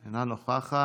אינה נוכחת.